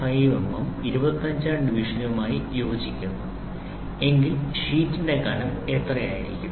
5 mm 25ആം ഡിവിഷനുമായി യോജിക്കുന്നു എങ്കിൽ ഷീറ്റിന്റെ കനം എത്രെ ആയിരിക്കും